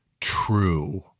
true